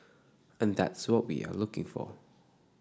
and that's what we are looking for